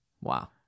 Wow